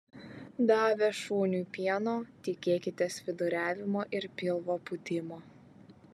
davę šuniui pieno tikėkitės viduriavimo ir pilvo pūtimo